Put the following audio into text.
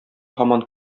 һаман